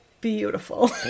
beautiful